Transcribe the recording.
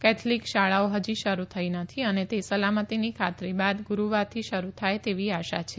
Catholic શાળાઓ હજી શરૂ થઈ નથી અને તે સલામતીની ખાતરી બાદ ગુરૂવારથી શરૂ થાય તેવી આશા છે